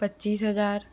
पच्चीस हज़ार